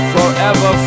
Forever